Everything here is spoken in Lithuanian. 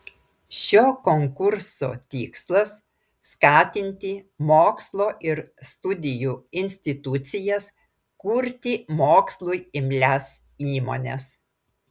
šio konkurso tikslas skatinti mokslo ir studijų institucijas kurti mokslui imlias įmones